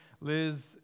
Liz